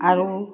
আৰু